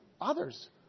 others